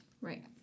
Right